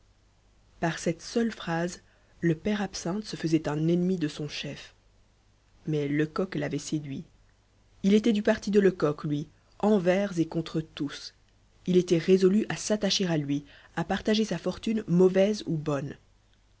par cette seule phrase le père absinthe se faisait un ennemi de son chef mais lecoq l'avait séduit il était du parti de lecoq lui envers et contre tous il était résolu à s'attacher à lui à partager sa fortune mauvaise ou bonne